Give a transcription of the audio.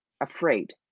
afraid